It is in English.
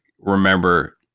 remember